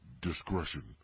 Discretion